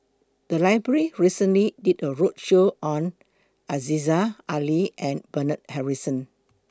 The Library recently did A roadshow on Aziza Ali and Bernard Harrison